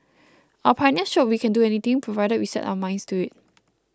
our pioneers showed we can do anything provided we set our minds to it